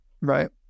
right